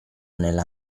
nella